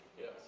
Yes